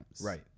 Right